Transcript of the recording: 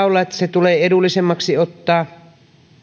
olla että se laina tulee edullisemmaksi ottaa